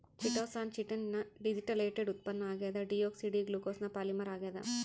chitosan chitin ನ deacetylated ಉತ್ಪನ್ನ ಆಗ್ಯದ ಡಿಯೋಕ್ಸಿ ಡಿ ಗ್ಲೂಕೋಸ್ನ ಪಾಲಿಮರ್ ಆಗ್ಯಾದ